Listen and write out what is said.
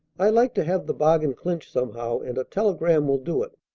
i like to have the bargain clinched somehow, and a telegram will do it.